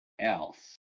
else